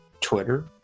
Twitter